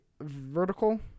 vertical